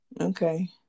okay